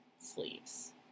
sleeves